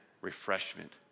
refreshment